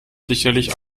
sicherlich